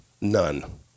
None